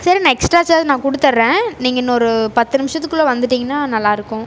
சரிண்ணா extra charge நான் கொடுத்தட்றேன் நீங்கள் இன்னொரு பத்து நிமிஷத்துக்குள்ள வந்துட்டிங்கனா நல்லா இருக்கும்